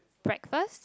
breakfast